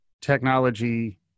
technology